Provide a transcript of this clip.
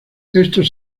estos